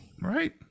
Right